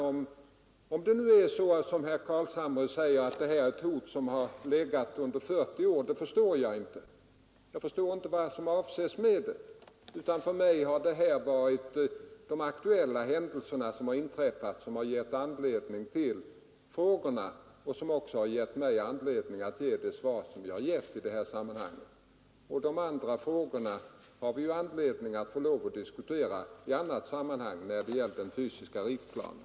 Jag förstår inte vad herr Carlshamre anser när han säger att det här är ett hot som har hängt över oss i 40 år. För mig har det varit de aktuella händelser som har inträffat som har gett anledning till frågorna och som också har gett mig anledning att ge det svar jag har lämnat. De andra problemen får vi tillfälle att diskutera i annat sammanhang, när det gäller den fysiska riksplanen